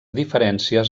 diferències